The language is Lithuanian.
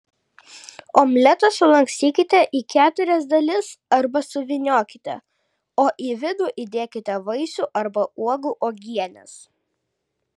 omletą sulankstykite į keturias dalis arba suvyniokite o į vidų įdėkite vaisių arba uogų uogienės